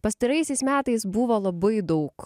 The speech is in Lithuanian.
pastaraisiais metais buvo labai daug